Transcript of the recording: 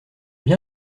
bien